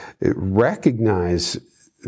recognize